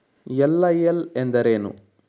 LIL ಎಂದರೇನು?